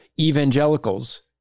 evangelicals